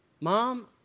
Mom